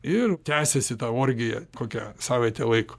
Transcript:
ir tęsiasi ta orgija kokią savaitę laiko